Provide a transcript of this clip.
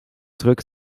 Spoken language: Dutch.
druk